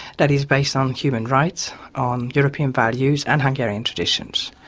that is based on human rights, on european values and hungarian traditions.